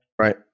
right